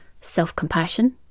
self-compassion